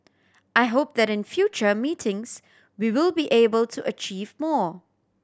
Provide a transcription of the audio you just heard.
I hope that in future meetings we will be able to achieve more